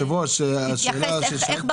הנושא הראשון שלנו הוא צו תעריף המכס